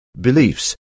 beliefs